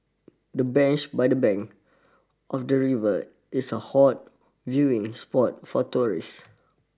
the bench by the bank of the river is a hot viewing spot for tourists